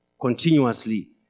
continuously